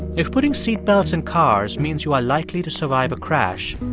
if putting seat belts in cars means you are likely to survive a crash,